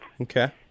okay